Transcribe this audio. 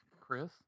Chris